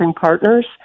partners